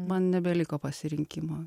man nebeliko pasirinkimo